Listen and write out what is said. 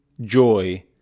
joy